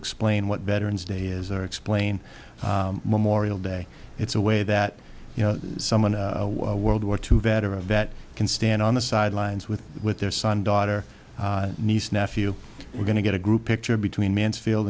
explain what veteran's day is or explain memorial day it's a way that you know someone a world war two vet or a vet can stand on the sidelines with with their son daughter niece nephew we're going to get a group picture between mansfield